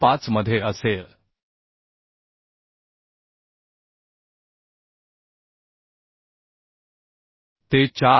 5 मध्ये असेल te 4